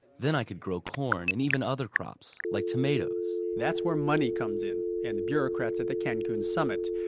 then i could grow corn and even other crops, like tomatoes that's where money comes in, and the bureaucrats at the cancun summit.